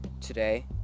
Today